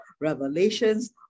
revelations